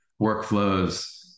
workflows